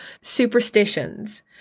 superstitions